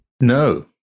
No